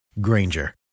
Granger